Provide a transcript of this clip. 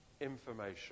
information